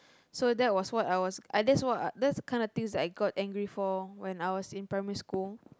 so that was what I was I that's what I that's the kind of things I got angry for when I was in primary school